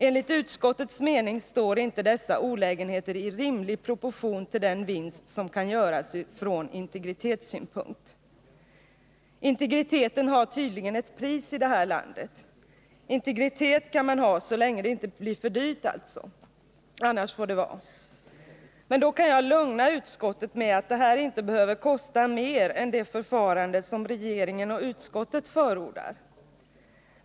Enligt utskottets mening står inte dessa olägenheter i rimlig proportion till den vinst som kan göras från integritetssynpunkt”. Integriteten har tydligen ett pris i det här landet. Integritet kan man alltså ha så länge det inte blir för dyrt. Annars får det vara. Då kan jag lugna utskottet med att vårt förslag inte behöver kosta mer än det förfarande som regeringen och utskottet förordar.